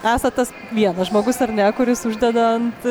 esat tas vienas žmogus ar ne kuris uždeda ant